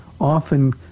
often